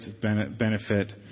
benefit